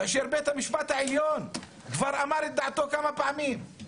כאשר בית המשפט העליון כבר אמר את דעתו כמה פעמים,